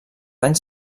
anys